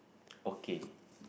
okay